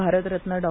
Bharat Ratna Dr